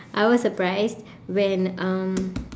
I was surprised when um